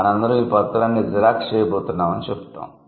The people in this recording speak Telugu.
మనందరం ఈ పత్రాన్ని జిరాక్స్ చేయబోతున్నానని చెప్తాం